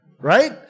Right